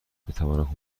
بتوانم